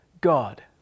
God